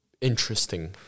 interesting